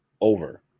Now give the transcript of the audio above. over